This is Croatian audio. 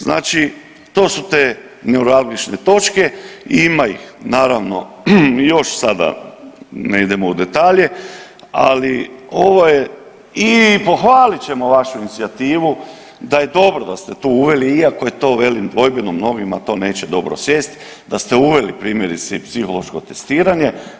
Znači to su te neuralgične točke, ima ih naravno još sada, ne idemo u detalje, ali ovo je, i pohvalit ćemo vašu inicijativu da je dobro da ste tu uveli, iako je to velim, dvojbeno, mnogima to neće dobro sjesti da ste uveli, primjerice i psihološko testiranje.